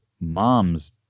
mom's